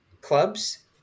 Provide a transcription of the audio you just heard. Clubs